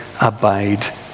abide